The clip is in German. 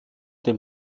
dem